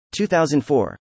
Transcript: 2004